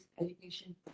education